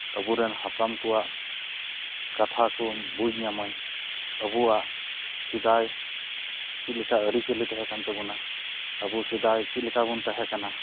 ᱟᱵᱚᱨᱮᱱ ᱦᱟᱯᱲᱟᱢ ᱠᱚᱣᱟᱜ ᱠᱟᱛᱷᱟ ᱠᱚᱧ ᱵᱩᱡᱽ ᱧᱟᱢᱟᱧ ᱟᱵᱚᱣᱟᱜ ᱥᱮᱫᱟᱭ ᱪᱮᱫ ᱞᱮᱠᱟ ᱟᱹᱨᱤᱪᱟᱹᱞᱤ ᱛᱟᱦᱮᱸ ᱠᱟᱱ ᱛᱟᱵᱚᱱᱟ ᱟᱵᱚ ᱥᱮᱫᱟᱭ ᱪᱮᱫ ᱞᱮᱠᱟ ᱵᱚᱱ ᱛᱟᱦᱮᱸ ᱠᱟᱱᱟ